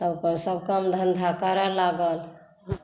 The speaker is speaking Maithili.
तब अपन सभ काम धन्धा करए लागल